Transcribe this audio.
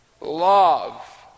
Love